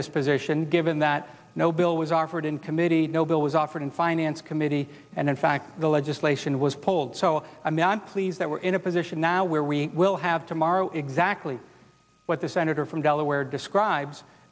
this position given that no bill was offered in committee no bill was offered finance committee and in fact the legislation was pulled so i mean i'm pleased that we're in a position now where we will have tomorrow exactly what the senator from delaware describes